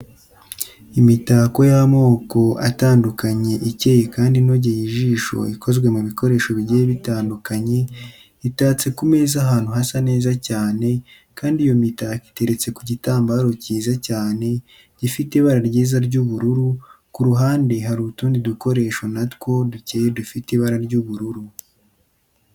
Imitako y'amoko atandukanye ikeye kandi inogeye ijisho ikozwe mu bikoresho bigiye bitandukanye itatse ku meza ahantu hasa neza cyane kandi iyo mitako iteretse ku gitambaro cyiza cyane gifite ibara ryiza ry'ubururu, ku ruhande hari utundi dukoresho na two dukeye dufite ibara ry'ubururu.